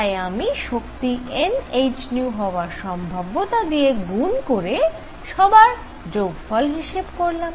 তাই আমি শক্তি nhν হওয়ার সম্ভাব্যতা দিয়ে গুন করে সবার যোগফল হিসেব করলাম